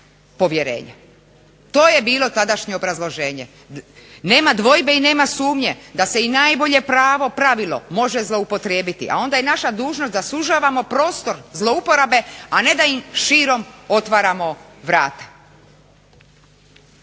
To je bilo tadašnje obrazloženje. Nema dvojbe i nema sumnje da se i najbolje pravo pravilo može zloupotrijebiti, a onda je naša dužnost da sužavamo prostor zlouporabe, a ne da im širom otvaramo vrata.